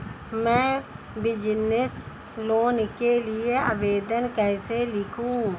मैं business loan के लिए आवेदन कैसे लिखूँ?